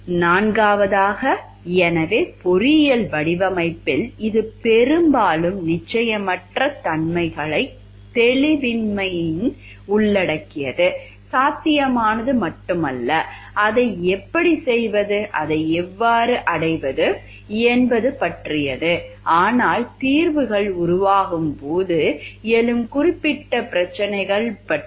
நான்காவதாக எனவே பொறியியல் வடிவமைப்பில் இது பெரும்பாலும் நிச்சயமற்ற தன்மைகளையும் தெளிவின்மையையும் உள்ளடக்கியது சாத்தியமானது மட்டுமல்ல அதை எப்படிச் செய்வது அதை எவ்வாறு அடைவது என்பது பற்றியது ஆனால் தீர்வுகள் உருவாகும்போது எழும் குறிப்பிட்ட பிரச்சனைகள் பற்றியும்